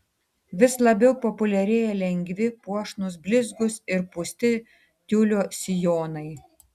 vis labiau populiarėja lengvi puošnūs blizgūs ar pūsti tiulio sijonai